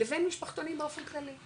לבין משפחתונים באופן כללי,